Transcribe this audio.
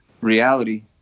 reality